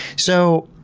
so,